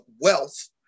wealth